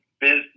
business